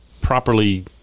properly